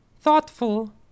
thoughtful